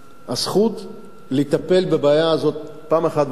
הזכות לטפל בבעיה הזאת אחת ולתמיד.